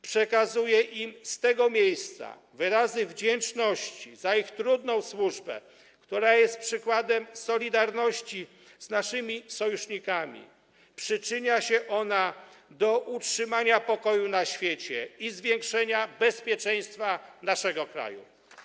Przekazuję im z tego miejsca wyrazy wdzięczności za ich trudną służbę, która jest przykładem solidarności z naszymi sojusznikami, przyczynia się ona do utrzymania pokoju na świecie i zwiększenia bezpieczeństwa naszego kraju.